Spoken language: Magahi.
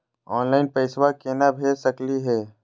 ऑनलाइन पैसवा केना भेज सकली हे?